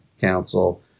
council